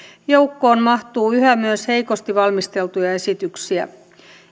joukkoon mahtuu yhä myös heikosti valmisteltuja esityksiä